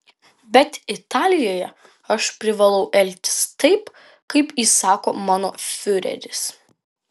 bet italijoje aš privalau elgtis taip kaip įsako mano fiureris